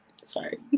Sorry